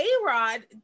A-Rod